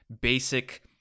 basic